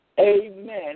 Amen